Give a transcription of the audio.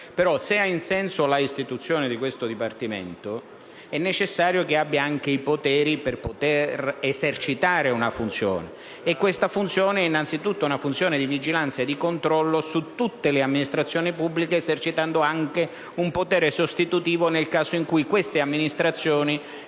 Però, se ha senso l'istituzione di questo Comitato, è necessario che esso abbia anche i poteri per esercitare una funzione. Questa funzione è innanzitutto di vigilanza e di controllo su tutte le amministrazioni pubbliche, esercitando anche un potere sostituivo nel caso in cui queste amministrazioni